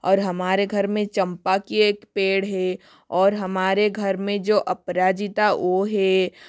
और हमारे घर में चम्पा की एक पेड़ है और हमारे घर में जो अपराजिता वो है